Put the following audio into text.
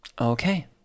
Okay